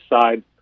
side